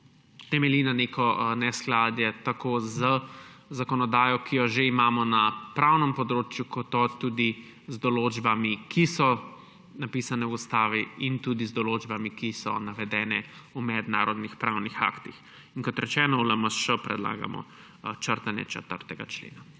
temelji na nekem neskladju tako z zakonodajo, ki jo že imamo na pravnem področju, kot tudi z določbami, ki so napisane v ustavi, in tudi z določbami, ki so navedene v mednarodnih pravnih aktih. In kot rečeno, v LMŠ predlagamo črtanje 4. člena.